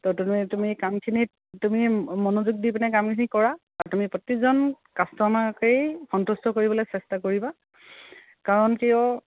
ত' তুমি তুমি কামখিনিত তুমি মনোযোগ দি পিনে কামখিনি কৰা আৰু তুমি প্ৰতিজন কাষ্টমাৰকেই সন্তুষ্ট কৰিবলৈ চেষ্টা কৰিবা কাৰণ কিয়